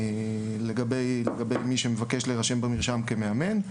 לגבי מי שמבקש להירשם במרשם כמאמן,